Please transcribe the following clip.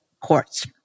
courts